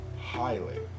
highly